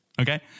Okay